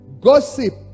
Gossip